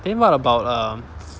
then what about um